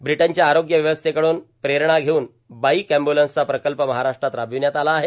ब्रिटनच्या आरोग्य व्यवस्थेकडून प्रेरणा घेऊन बाईक अम्ब्य्लन्सचा प्रकल्प महाराष्ट्रात रार्बावण्यात आला आहे